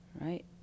right